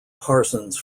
parsons